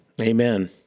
Amen